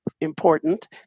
important